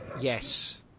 Yes